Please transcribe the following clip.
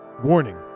Warning